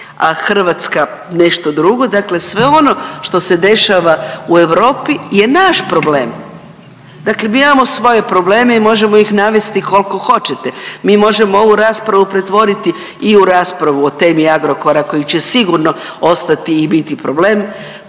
a Hrvatska nešto drugo, dakle sve ono što se dešava u Europi je naš problem. Dakle, mi imamo svoje probleme i možemo ih navesti koliko hoćete. Mi možemo ovu raspravu pretvoriti i u raspravu o temi Agrokora koji će sigurno ostati i biti problem,